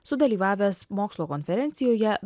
sudalyvavęs mokslo konferencijoje